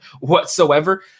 whatsoever